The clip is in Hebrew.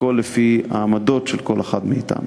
הכול לפי העמדות של כל אחד מאתנו.